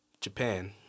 Japan